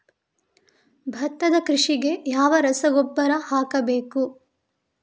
ಭತ್ತದ ಕೃಷಿಗೆ ಯಾವ ರಸಗೊಬ್ಬರ ಹಾಕಬೇಕು?